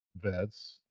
vets